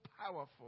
powerful